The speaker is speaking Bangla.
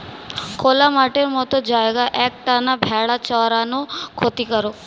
খোলা মাঠের মত জায়গায় এক টানা ভেড়া চরানো ক্ষতিকারক